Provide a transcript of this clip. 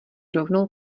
rovnou